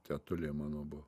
tetulė mano buo